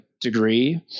degree